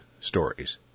stories